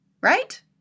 right